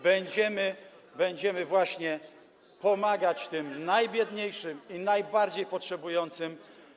będziemy właśnie pomagać tym najbiedniejszym i najbardziej potrzebującym.